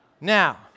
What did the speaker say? Now